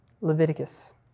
Leviticus